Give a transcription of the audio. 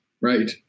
right